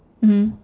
mmhmm